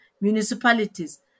municipalities